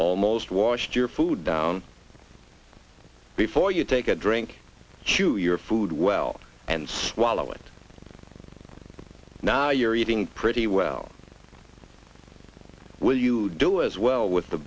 almost washed your food down before you take a drink q your food well and swallow it now you're eating pretty well will you do as well with the